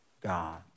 God